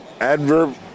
adverb